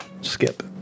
skip